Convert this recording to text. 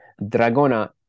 Dragona